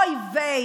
אוי ויי.